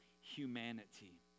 humanity